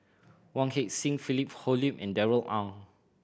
Wong Heck Sing Philip Hoalim and Darrell Ang